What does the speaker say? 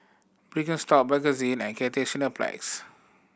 Birkenstock Bakerzin and Cathay Cineplex